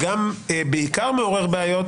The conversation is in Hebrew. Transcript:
ובעיקר זה מעורר בעיות